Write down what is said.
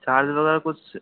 charges वगैरह कुछ